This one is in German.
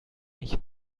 ich